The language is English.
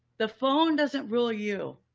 the phone doesn't rule you.